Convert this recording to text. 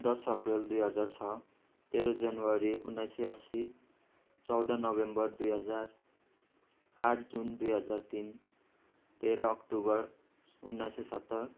दस अप्रेल दुई हजार छ तेह्र जनवरी उन्नाइस सय अस्सी चौध नोभेम्बर दुई हजार आठ जुन दुई हजार तिन तेह्र अक्टोबर उन्नाइस सय सत्तर